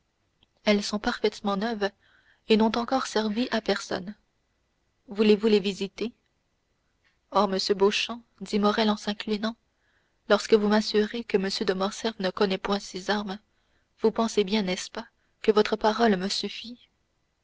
elles sont parfaitement neuves et n'ont encore servi à personne voulez-vous les visiter oh monsieur beauchamp dit morrel en s'inclinant lorsque vous m'assurez que m de morcerf ne connaît point ces armes vous pensez bien n'est-ce pas que votre parole me suffit